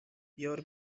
your